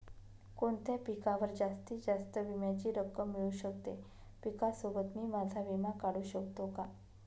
कोणत्या पिकावर जास्तीत जास्त विम्याची रक्कम मिळू शकते? पिकासोबत मी माझा विमा काढू शकतो का?